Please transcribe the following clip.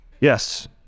Yes